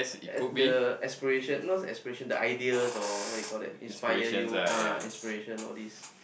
a~ the aspiration not say aspiration the ideas or what do you call that inspire you ah inspiration all this